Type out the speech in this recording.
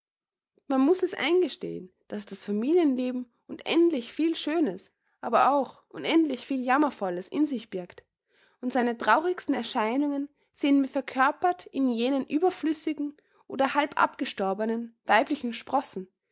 man muß es eingestehen daß das familienleben unendlich viel schönes aber auch unendlich viel jammervolles in sich birgt und seine traurigsten erscheinungen sehen wir verkörpert in jenen überflüssigen oder halb abgestorbnen weiblichen sprossen